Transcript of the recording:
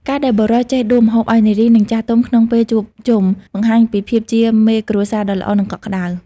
ការដែលបុរសចេះដួសម្ហូបឱ្យនារី និងចាស់ទុំក្នុងពេលជួបជុំ បង្ហាញពីភាពជាមេគ្រួសារដ៏ល្អ និងកក់ក្ដៅ។